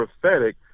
prophetic